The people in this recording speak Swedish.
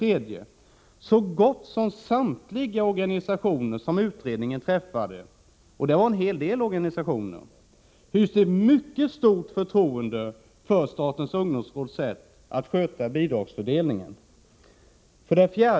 O Så gott som samtliga organisationer som utredningen träffade — och det var en hel del — hyste ett mycket stort förtroende för statens ungdomsråds sätt att sköta bidragsfördelningen.